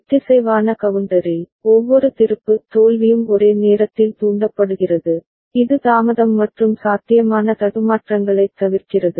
ஒத்திசைவான கவுண்டரில் ஒவ்வொரு திருப்பு தோல்வியும் ஒரே நேரத்தில் தூண்டப்படுகிறது இது தாமதம் மற்றும் சாத்தியமான தடுமாற்றங்களைத் தவிர்க்கிறது